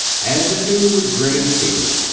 and the two would grin in secret.